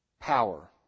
power